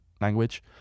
language